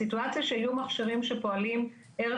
סיטואציה שיהיו מכשירים שפועלים ערב